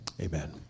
amen